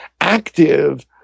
active